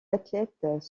athlètes